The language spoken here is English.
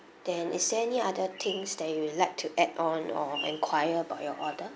then is there any other things that you would like to add on or enquire about your order